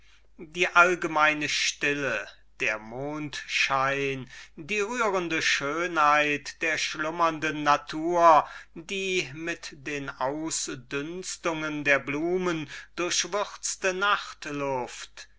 die allgemeine stille der mondschein die rührende schönheit der schlummernden natur die mit den ausdünstungen der blumen